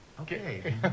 okay